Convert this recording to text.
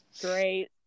great